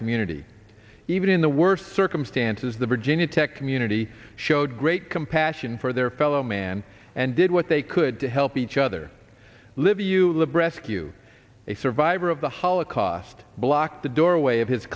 community even in the worst circumstances the virginia tech community showed great compassion for their fellow man and did what they could to help each other liviu librescu a survivor of the holocaust blocked the doorway of his